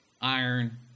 iron